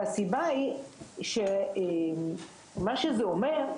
והסיבה היא שמה שזה אומר,